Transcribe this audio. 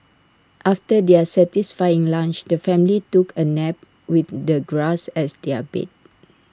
after their satisfying lunch the family took A nap with the grass as their bed